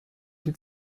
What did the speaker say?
die